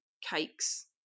cakes